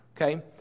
okay